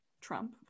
trump